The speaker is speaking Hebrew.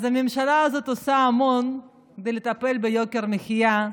הממשלה הזו עושה המון בטיפול ביוקר המחיה,